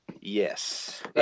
Yes